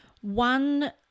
One